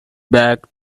back